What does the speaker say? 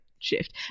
shift